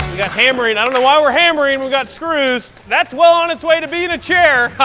got hammering. i don't know why we're hammering. and we've got screws. that's well on its way to being a chair.